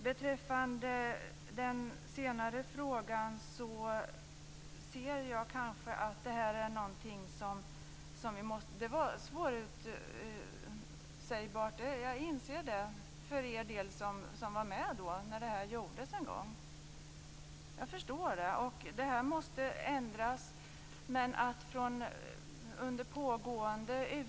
Beträffande den senare frågan inser jag att detta är svårsägbart för er som var med när det här en gång gjordes. Jag förstår detta. En ändring måste ske.